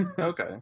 okay